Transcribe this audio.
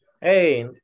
hey